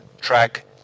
track